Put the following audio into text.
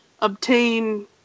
obtain